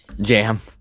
jam